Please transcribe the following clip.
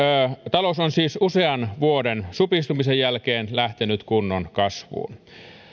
talous on siis usean vuoden supistumisen jälkeen lähtenyt kunnon kasvuun